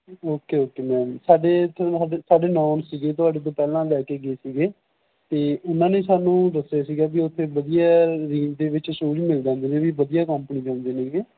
okay okay ma'am ਸਾਡੇ ਇੱਥੇ ਸਾਡੇ ਸਾਡੇ ਨੌਨ ਸੀਗੇ ਤੁਹਾਡੇ ਤੋਂ ਪਹਿਲਾਂ ਲੈ ਕੇ ਗਏ ਸੀਗੇ ਅਤੇ ਉਹਨਾਂ ਨੇ ਸਾਨੂੰ ਦੱਸਿਆ ਸੀਗਾ ਵੀ ਉੱਥੇ ਵਧੀਆ ਰੇਂਜ਼ ਦੇ ਵਿੱਚ ਸ਼ੂਜ਼ ਮਿਲ ਜਾਂਦੇ ਨੇ ਵੀ ਵਧੀਆ ਕੋਂਪਣੀ ਦੇ ਹੁੰਦੇ ਨੇਗੇ